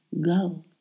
go